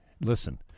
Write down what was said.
listen